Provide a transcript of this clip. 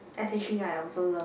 s_h_e I also love